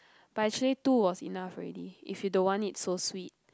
but actually to was enough already if you don't want it so sweet